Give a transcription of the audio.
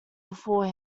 before